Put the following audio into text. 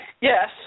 Yes